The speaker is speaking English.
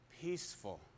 peaceful